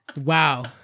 wow